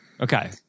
Okay